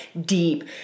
deep